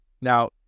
Now